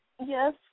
Yes